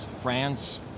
France